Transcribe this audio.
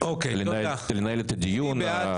לנהל את הדיון.